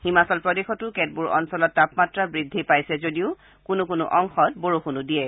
হিমাচল প্ৰদেশতো কেতবোৰ অংশত তাপমাত্ৰা বৃদ্ধি পাইছে যদিও কিছুমান অংশত বৰষুণো দিয়ে